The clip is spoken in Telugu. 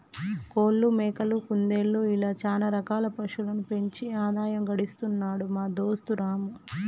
కోళ్లు మేకలు కుందేళ్లు ఇలా చాల రకాల పశువులను పెంచి ఆదాయం గడిస్తున్నాడు మా దోస్తు రాము